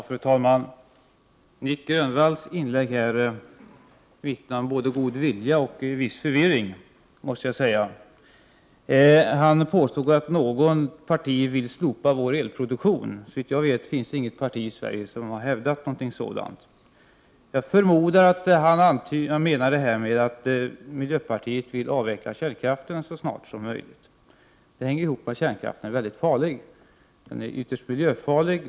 Fru talman! Nic Grönvalls inlägg vittnar om både god vilja och en viss förvirring. Han påstod att något parti vill slopa Sveriges elproduktion. Såvitt jag vet har inget parti i Sverige hävdat något sådant. Jag förmodar att Nic Grönvall syftar på att miljöpartiet vill avveckla kärnkraften så snart som möjligt. Men det hänger ihop med att kärnkraften är mycket farlig. Den är ytterst miljöfarlig.